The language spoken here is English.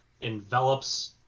envelops